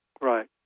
Right